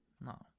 no